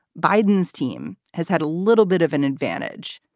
biden's team has had a little bit of an advantage.